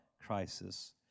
crisis